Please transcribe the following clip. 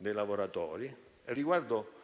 i lavoratori e per